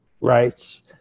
rights